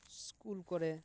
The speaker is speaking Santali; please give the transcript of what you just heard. ᱥᱠᱩᱞ ᱠᱚᱨᱮ